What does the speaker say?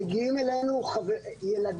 מגיעים אלינו ילדים,